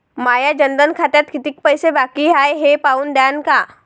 माया जनधन खात्यात कितीक पैसे बाकी हाय हे पाहून द्यान का?